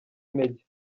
intege